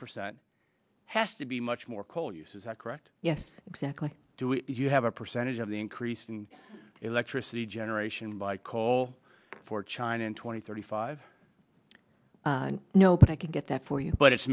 percent has to be much more coal use is that correct yes exactly do you have a percentage of the increase in electricity generation by coal for china in twenty thirty five no thank you get that for you but it's